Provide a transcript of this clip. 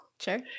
Sure